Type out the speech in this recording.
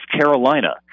Carolina